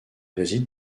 réside